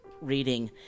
reading